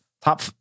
top